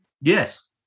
Yes